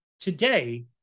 Today